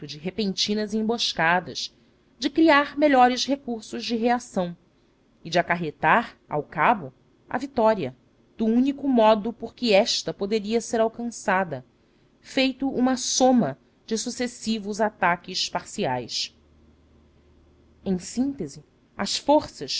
repentinas emboscadas de criar melhores recursos de reação e de acarretar ao cabo a vitória do único modo por que esta poderia ser alcançada feito uma soma de sucessivos ataques parciais em síntese as forças